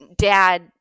dad